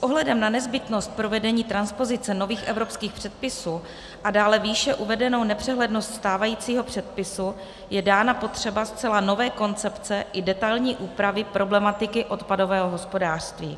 S ohledem na nezbytnost provedení transpozice nových evropských předpisů a dále výše uvedenou nepřehlednost stávajícího předpisu je dána potřeba zcela nové koncepce i detailní úpravy problematiky odpadového hospodářství.